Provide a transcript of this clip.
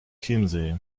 chiemsee